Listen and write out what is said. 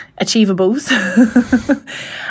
achievables